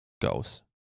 goes